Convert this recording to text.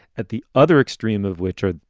at the other extreme of which are,